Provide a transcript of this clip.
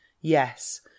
Yes